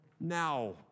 now